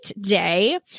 day